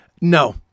no